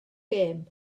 gem